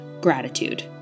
gratitude